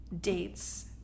dates